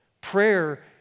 Prayer